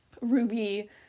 Ruby